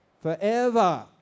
Forever